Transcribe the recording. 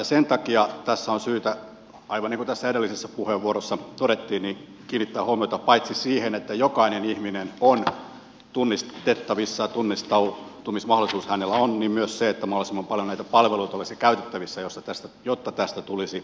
sen takia tässä on syytä aivan niin kuin edellisessä puheenvuorossa todettiin kiinnittää huomiota paitsi siihen että jokainen ihminen on tunnistettavissa ja hänellä on tunnistautumismahdollisuus myös siihen että mahdollisimman paljon palveluita olisi käytettävissä jotta tästä tulisi